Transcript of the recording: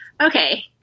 okay